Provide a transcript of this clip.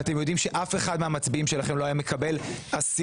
אתם יודעים שאף אחד מהמצביעים שלכם לא היה מקבל עשירית,